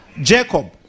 Jacob